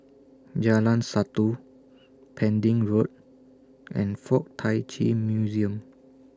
Jalan Satu Pending Road and Fuk Tak Chi Museum